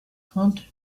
haunted